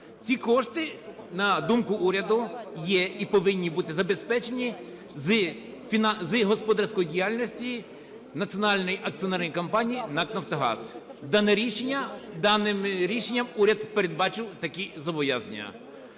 Ці кошти, на думку уряду, є і повинні бути забезпечені з господарської діяльності Національної акціонерної компанії НАК "Нафтогаз". Даним рішенням уряд передбачив такі зобов'язання.